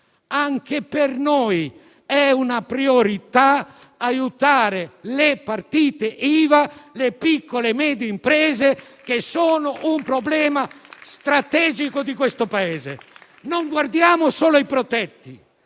anche per noi è una priorità aiutare le partite IVA e le piccole medie imprese che sono un problema strategico di questo Paese. Non guardiamo solo ai protetti,